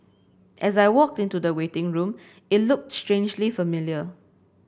as I walked into the waiting room it looked strangely familiar